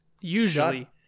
Usually